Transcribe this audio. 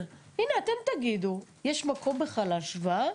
כך: הימנעות מתיקון הליקוי עליו הצביע הנציב כאמור,